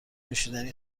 نوشیدنی